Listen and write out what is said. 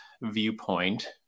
viewpoint